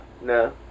No